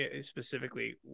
specifically